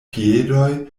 piedoj